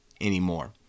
anymore